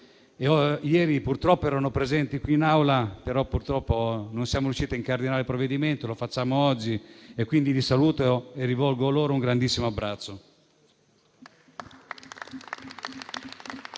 ieri erano presenti qui in Aula, ma purtroppo non siamo riusciti a incardinare il provvedimento. Lo facciamo oggi e quindi li saluto e rivolgo loro un grandissimo abbraccio.